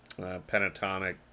pentatonic